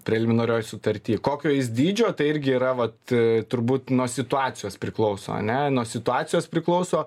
preliminarioj sutarty kokio jis dydžio tai irgi yra vat turbūt nuo situacijos priklauso ane nuo situacijos priklauso